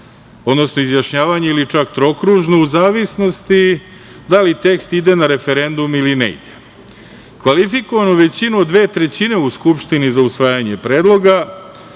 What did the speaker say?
odnosno izjašnjavanje ili čak trokružno u zavisnosti da li tekst ide na referendum ili ne ide. Kvalifikovana većina od dve trećine u Skupštini za usvajanje predloga,